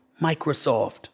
Microsoft